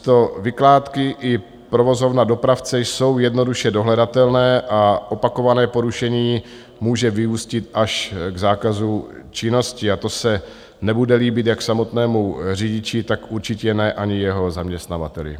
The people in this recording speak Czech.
Místo vykládky i provozovna dopravce jsou jednoduše dohledatelné a opakované porušení může vyústit až k zákazu činnosti a to se nebude líbit jak samotnému řidiči, tak určitě ne ani jeho zaměstnavateli.